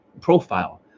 profile